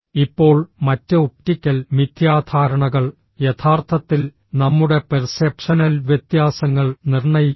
ഇപ്പോൾ മറ്റ് ഒപ്റ്റിക്കൽ മിഥ്യാധാരണകൾ യഥാർത്ഥത്തിൽ നമ്മുടെ പെർസെപ്ഷനൽ വ്യത്യാസങ്ങൾ നിർണ്ണയിക്കുന്നു